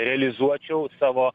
realizuočiau savo